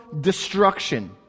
destruction